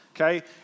okay